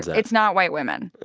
it's not white women